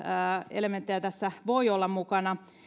elementtejä tässä voi olla mukana